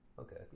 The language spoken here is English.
Okay